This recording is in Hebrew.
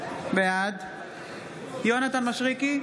בעד יונתן מישרקי,